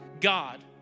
God